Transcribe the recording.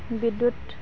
বিদ্যুৎ